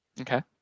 Okay